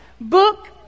book